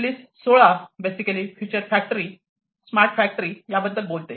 release 16 basically future factory smart factory याबद्दल बोलते